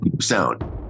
sound